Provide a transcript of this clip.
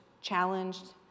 challenged